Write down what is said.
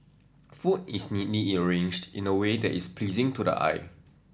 food is neatly arranged in a way that is pleasing to the eye